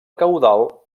caudal